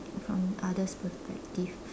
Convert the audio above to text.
from others' perspective